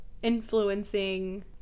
influencing